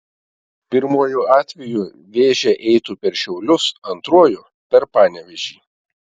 pirmuoju atveju vėžė eitų per šiaulius antruoju per panevėžį